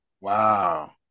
Wow